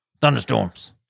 Thunderstorms